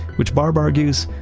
which barb argues,